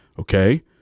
okay